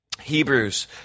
Hebrews